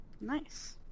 Nice